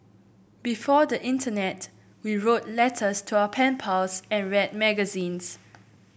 before the internet we wrote letters to our pen pals and read magazines